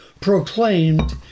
proclaimed